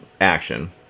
action